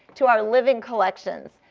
to our living collections,